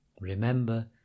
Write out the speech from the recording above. Remember